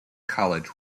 college